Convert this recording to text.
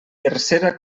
tercera